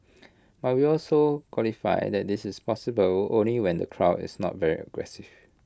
but we also qualify that this is possible only when the crowd is not very aggressive